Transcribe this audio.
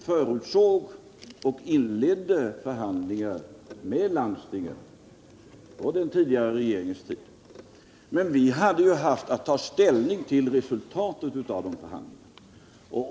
Herr talman! På den tidigare regeringens tid inledde vi förhandlingar med landstingen. Vi hade sedan att ta ställning till resultatet av dessa förhandlingar.